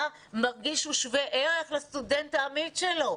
מרגיש שהוא שווה ערך לסטודנט העמית שלו,